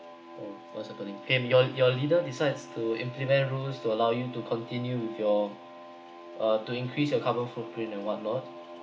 oh what's happening him your your leader decides to implement rules to allow you to continue with your(uh) to increase your carbon footprint and whatnot